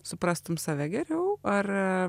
suprastum save geriau ar